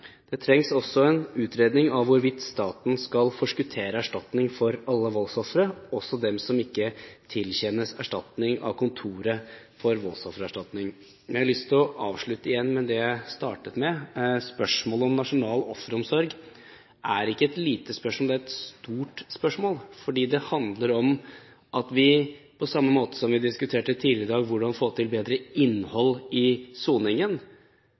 Det trengs også en utredning av hvorvidt staten skal forskuttere erstatning for alle voldsofre – også dem som ikke tilkjennes erstatning av Kontoret for voldsoffererstatning. Jeg har lyst å avslutte med det jeg startet med: Spørsmålet om nasjonal offeromsorg er ikke et lite spørsmål. Det er et stort spørsmål. Tidligere i dag diskuterte vi hvordan man skal få til bedre innhold i soningen.